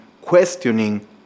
questioning